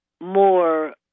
more